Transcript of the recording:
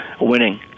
winning